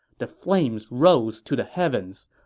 the flames rose to the heavens.